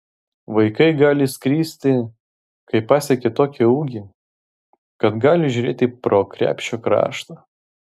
vaikai gali skristi kai pasiekia tokį ūgį kad gali žiūrėti pro krepšio kraštą